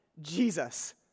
Jesus